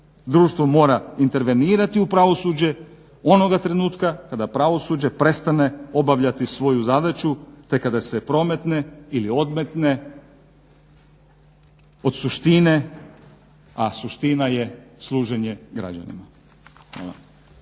Društvo mora intervenirati u pravosuđe onoga trenutka kada pravosuđe prestane obavljati svoju zadaću, te kada se prometne ili odmetne od suštine, a suština je služenje građanima.